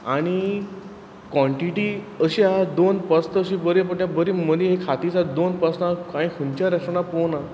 आनी क्वॉनटिटी अशी आसा दोन पोस्तां अशी बरी मोठीं बरी मदी खाली सुद्दां दोन पोस्तां हांयें खंयच्या रेस्टोरंटान पोळो ना